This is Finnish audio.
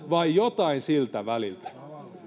vai jotain siltä väliltä